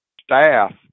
staff